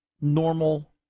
normal